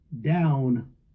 down